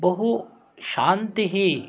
बहुशान्तिः